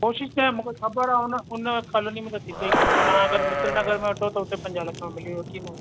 कोशिश कयां मूंखे ख़बर आहे उन उन कॉलोनी में त थींदो ई कान तव्हां अगरि मित्र नगर में वठो त उते पंजाह लख में मिली वेंदो